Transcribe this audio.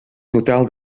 total